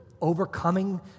overcoming